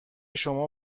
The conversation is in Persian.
شما